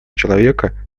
человека